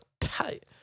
tight